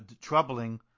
troubling